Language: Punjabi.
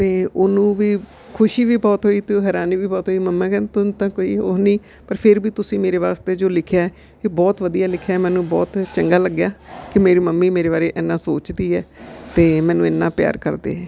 ਅਤੇ ਉਹਨੂੰ ਵੀ ਖੁਸ਼ੀ ਵੀ ਬਹੁਤ ਹੋਈ ਅਤੇ ਉਹ ਹੈਰਾਨੀ ਵੀ ਬਹੁਤ ਹੋਈ ਮੰਮਾ ਕਹਿੰਦੀ ਤੁਹਾਨੂੰ ਤਾਂ ਕੋਈ ਉਹ ਨਹੀਂ ਪਰ ਫੇਰ ਵੀ ਤੁਸੀਂ ਮੇਰੇ ਵਾਸਤੇ ਜੋ ਲਿਖਿਆ ਹੈ ਇਹ ਬਹੁਤ ਵਧੀਆ ਲਿਖਿਆ ਹੈ ਮੈਨੂੰ ਬਹੁਤ ਚੰਗਾ ਲੱਗਿਆ ਕਿ ਮੇਰੀ ਮੰਮੀ ਮੇਰੇ ਬਾਰੇ ਐਨਾ ਸੋਚਦੀ ਹੈ ਅਤੇ ਮੈਨੂੰ ਐਨਾ ਪਿਆਰ ਕਰਦੇ ਹੈ